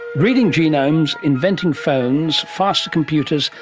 reading genomes, inventing phones, faster computers,